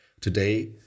Today